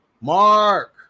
Mark